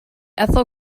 ethyl